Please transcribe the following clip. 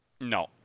No